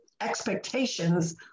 expectations